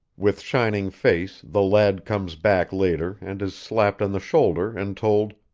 with shining face the lad comes back later and is slapped on the shoulder and told,